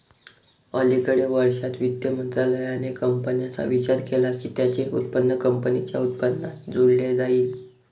अलिकडे वर्षांत, वित्त मंत्रालयाने कंपन्यांचा विचार केला की त्यांचे उत्पन्न कंपनीच्या उत्पन्नात जोडले जाईल